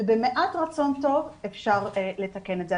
ובמעט רצון טוב אפשר לתקן את זה.